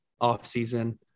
offseason